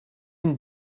une